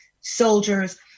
soldiers